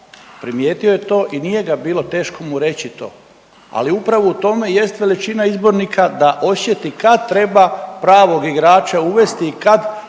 primijetio je to i nije ga bilo teško mu reći to, ali upravo u tome jest veličina izbornika da osjeti kad treba pravog igrača uvesti i kad